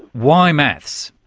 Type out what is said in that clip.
why maths?